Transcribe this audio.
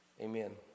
Amen